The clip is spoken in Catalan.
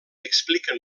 expliquen